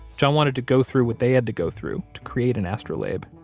john wanted to go through what they had to go through to create an astrolabe.